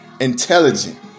Intelligent